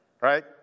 right